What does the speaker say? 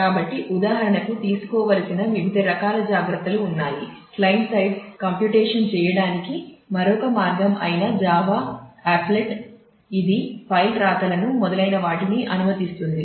కాబట్టి ఉదాహరణకు తీసుకోవలసిన వివిధ రకాల జాగ్రత్తలు ఉన్నాయి క్లయింట్ సైడ్ కంప్యూటేషన్ ఇది ఫైల్ రాతలను మొదలైనవాటిని అనుమతిస్తుంది